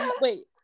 wait